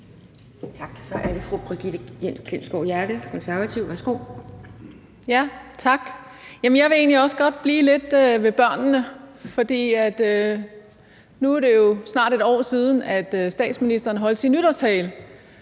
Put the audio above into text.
Tak, så er det fru Brigitte Klintskov Jerkel, Konservative. Værsgo. Kl. 17:10 Brigitte Klintskov Jerkel (KF): Tak. Jeg vil egentlig også godt blive lidt ved børnene. For nu er det jo snart 1 år siden, at statsministeren holdt sin nytårstale,